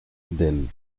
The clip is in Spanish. del